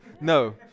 no